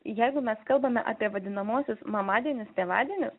jeigu mes kalbame apie vadinamuosius mamadienius tėvadienius